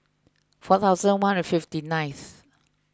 four thousand one hundred and fifty nineth